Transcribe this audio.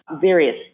various